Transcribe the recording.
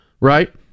right